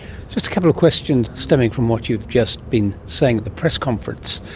just a couple of questions stemming from what you've just been saying at the press conference.